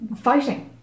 fighting